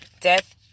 Death